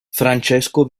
francesco